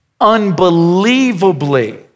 unbelievably